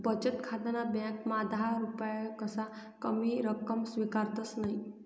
बचत खाताना ब्यांकमा दहा रुपयापक्सा कमी रक्कम स्वीकारतंस नयी